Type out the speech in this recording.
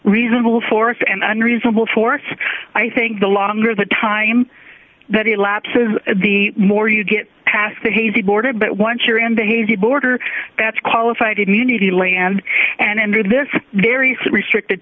reasonable force and unreasonable force i think the longer the time that elapses the more you get past the hazy boarded but once you're in the hazy border that's qualified immunity land and under this very sad restricted